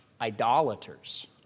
idolaters